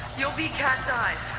you'll be cacti